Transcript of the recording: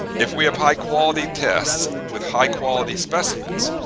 if we have high quality tests with high quality specimens,